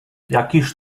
jakiż